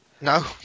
No